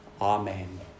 Amen